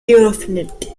geöffnet